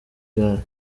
gare